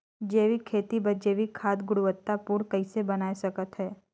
जैविक खेती बर जैविक खाद गुणवत्ता पूर्ण कइसे बनाय सकत हैं?